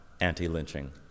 anti-lynching